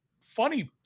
Funny